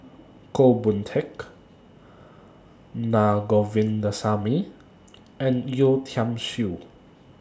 Goh Boon Teck Na Govindasamy and Yeo Tiam Siew